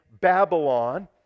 Babylon